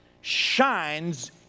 shines